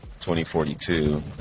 2042